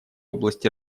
области